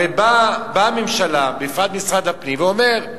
הרי באה הממשלה, בפרט משרד הפנים, שאומר: